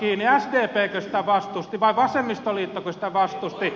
sdpkö sitä vastusti vai vasemmistoliittoko sitä vastusti